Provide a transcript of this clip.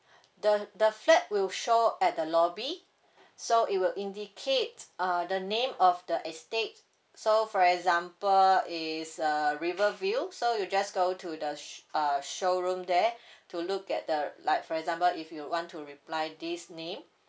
the the flat will show at the lobby so it will indicate uh the name of the estate so for example it's uh riverview so you just go to the uh showroom there to look at the like for example if you want to reply this name